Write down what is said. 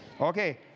Okay